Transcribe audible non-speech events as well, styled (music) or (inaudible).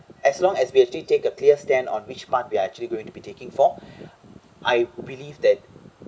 as long as we actually take a clear stand on which part we're actually going to be taking for (breath) I believe that